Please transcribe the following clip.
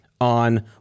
on